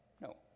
No